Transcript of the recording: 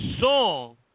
song